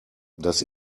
das